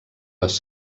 les